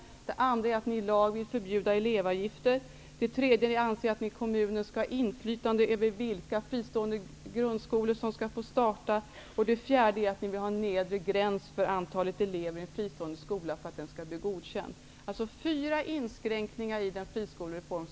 Den andra inskränkningen handlar om att i lag förbjuda elevavgifter. Den tredje inskränkningen handlar om att kommunen skall ha inflytande över vilka fristående grundskolor som får starta och den fjärde inskränkningen handlar om en nedre gräns avseende antalet elever i en fristående skola för att den skall bli godkänd. Det är alltså fyra inskränkningar i dagens friskolereform.